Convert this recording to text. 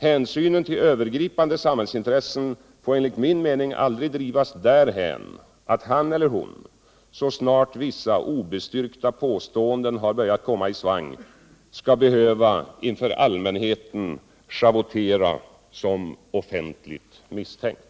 Hänsynen tll övergripande samhällsintressen får enligt min mening aldrig drivas därhän att han eller hon, så snart vissa obestyrkta påståenden har börjat komma i svanpg, skall behöva inför allmänheten schavottera som offentligt misstänkt.